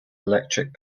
electric